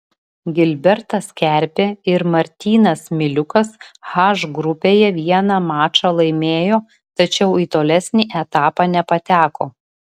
gilbertas kerpė ir martynas miliukas h grupėje vieną mačą laimėjo tačiau į tolesnį etapą nepateko